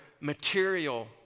material